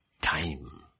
time